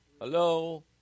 hello